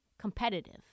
competitive